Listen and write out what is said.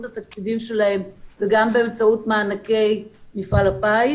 התקציבים שלהן וגם באמצעות מענקי מפעל הפיס.